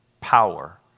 Power